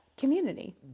Community